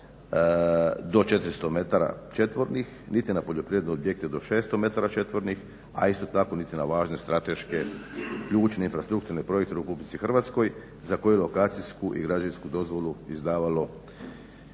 do 400 metara četvornih niti na poljoprivredne objekte do 600 metara četvornih, a isto tako niti na važne strateške ključne infrastrukturne projekte u RH za koju lokacijsku i građevinsku dozvolu je izdavalo